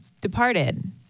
departed